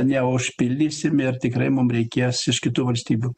neužpildysim ir tikrai mum reikės iš kitų valstybių